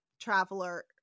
traveler